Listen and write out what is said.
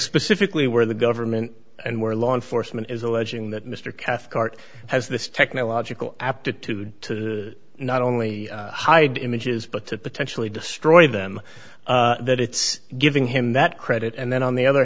specifically where the government and where law enforcement is alleging that mr cathcart has this technological aptitude to not only hide images but to potentially destroy them that it's giving him that credit and then on the other